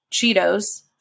Cheetos